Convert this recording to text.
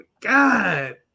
God